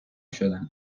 شدن